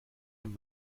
dem